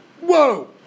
whoa